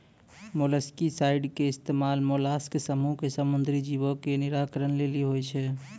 molluscicide के इस्तेमाल mollusc समूहो के समुद्री जीवो के निराकरण लेली होय छै